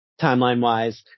timeline-wise